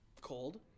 Cold